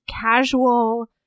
casual